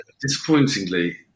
Disappointingly